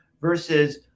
versus